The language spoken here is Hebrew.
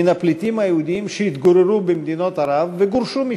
מן הפליטים היהודים שהתגוררו במדינות ערב וגורשו משם.